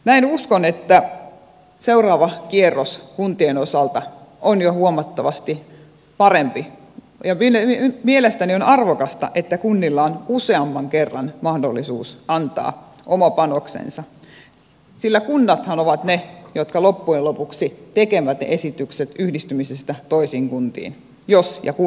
näin uskon että seuraava kierros kuntien osalta on jo huomattavasti parempi ja mielestäni on arvokasta että kunnilla on useamman kerran mahdollisuus antaa oma panoksensa sillä kunnathan ovat ne jotka loppujen lopuksi tekevät esitykset yhdistymisestä toisiin kuntiin jos ja kun niin haluavat